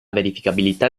verificabilità